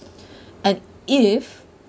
and if